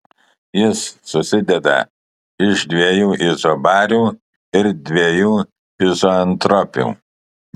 jis susideda iš dviejų izobarių ir dviejų izoentropių